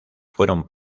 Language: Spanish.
fueron